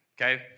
Okay